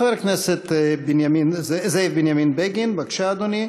חבר הכנסת זאב בנימין בגין, בבקשה, אדוני.